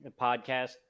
Podcast